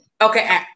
Okay